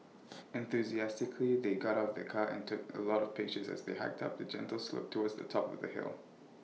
enthusiastically they got out of the car and take A lot of pictures as they hiked up A gentle slope towards the top of the hill